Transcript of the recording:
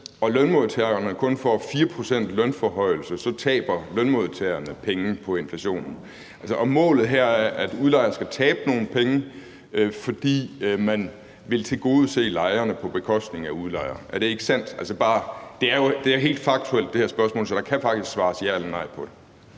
og lønmodtagerne kun får 4 pct. i lønforhøjelse – så taber lønmodtagerne penge på inflationen. Og målet her er, at udlejere skal tabe nogle penge, fordi man vil tilgodese lejere på bekostning af udlejere. Er det ikke sandt? Det her spørgsmål er helt faktuelt, så der kan faktisk svares ja eller nej til det.